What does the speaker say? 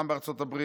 גם בארצות הברית,